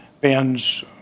bands